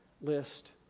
list